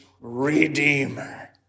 redeemer